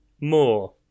more